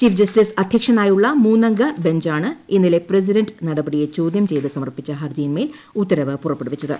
chief justice അധ്യക്ഷനായുള്ള മൂന്നംഗ ബഞ്ചാണ് ഇന്നലെ പ്രസിഡന്റ് നടപടിയെ ചോദ്യം ചെയ്ത് സമർപ്പിച്ച ഹർജിയിന്മേൽ ഉത്തരവ് പുറപ്പെടുവിച്ചത്